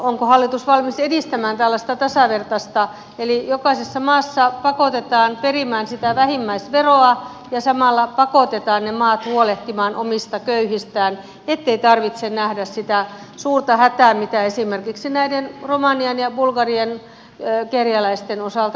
onko hallitus siinä mielessä valmis edistämään tällaista tasavertaista eli että jokaisessa maassa pakotetaan perimään sitä vähimmäisveroa ja samalla pakotetaan ne maat huolehtimaan omista köyhistään ettei tarvitse nähdä sitä suurta hätää mitä esimerkiksi näiden romanian ja bulgarian kerjäläisten osalta näemme